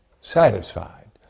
satisfied